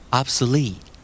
obsolete